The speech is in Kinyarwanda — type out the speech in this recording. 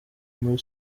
muri